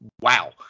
wow